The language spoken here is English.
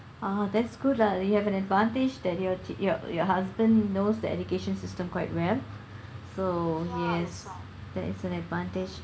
ah that's good lah then you have an advantage that you your your husband knows the education system quite well so yes that is an advantage